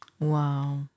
Wow